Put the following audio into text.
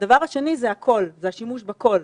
הדבר השני זה השימוש בקול,